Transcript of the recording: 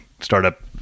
startup